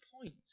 point